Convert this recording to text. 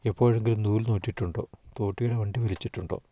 എപ്പോഴെങ്കിലും നൂൽ നൂറ്റിട്ടുണ്ടോ തോട്ടിടെ വണ്ടി വലിച്ചിട്ടുണ്ടോ